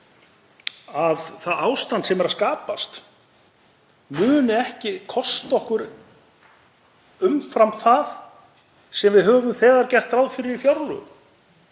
að það ástand sem er að skapast muni ekki kosta okkur umfram það sem við höfum þegar gert ráð fyrir í fjárlögum?